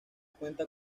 cuenta